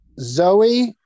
Zoe